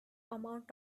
amount